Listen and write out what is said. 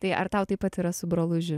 tai ar tau taip pat yra su broluži